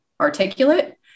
articulate